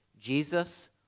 Jesus